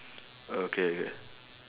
okay okay